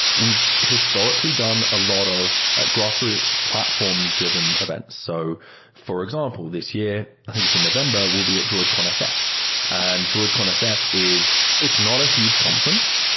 we've historically done a lot of a grassroots platform driven events. so for example, this year, i think it's in november. we'll be at droidcon sf. and droidcon sf is it's not a huge conference,